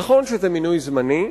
נכון שזה מינוי זמני,